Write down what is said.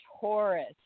Taurus